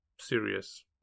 serious